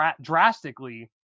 drastically